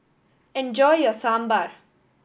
enjoy your Sambar